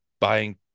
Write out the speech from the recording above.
buying